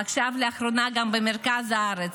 עכשיו לאחרונה גם במרכז הארץ,